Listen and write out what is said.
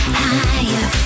higher